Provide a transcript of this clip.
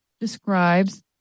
describes